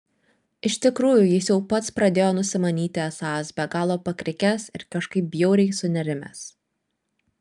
iš tikrųjų jis jau pats pradėjo nusimanyti esąs be galo pakrikęs ir kažkaip bjauriai sunerimęs